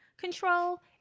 Control